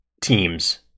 teams